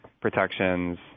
protections